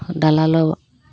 দালালৰ